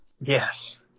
Yes